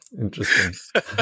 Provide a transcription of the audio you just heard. Interesting